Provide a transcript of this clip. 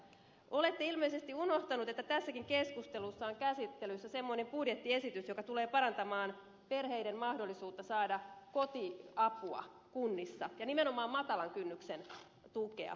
olette ilmeisesti unohtanut että tässäkin keskustelussa on käsittelyssä semmoinen budjettiesitys joka tulee parantamaan perheiden mahdollisuutta saada kotiapua kunnissa ja nimenomaan matalan kynnyksen tukea